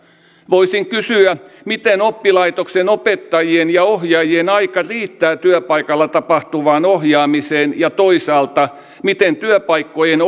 voisin kysyä miten oppilaitoksen opettajien ja ohjaajien aika riittää työpaikalla tapahtuvaan ohjaamiseen ja toisaalta miten työpaikkojen